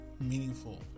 meaningful